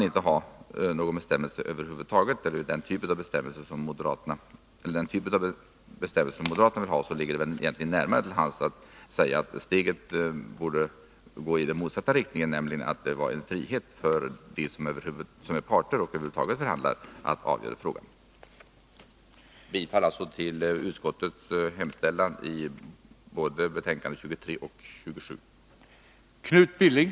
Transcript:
Närmare till hands än att ändra bestämmelserna som moderaterna vill ligger det väl egentligen att gå i den motsatta riktningen, nämligen att införa en frihet för parterna som förhandlar att avgöra frågan. Jag yrkar alltså bifall till utskottets hemställan såväl i betänkande 23 som i betänkande 27.